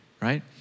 Right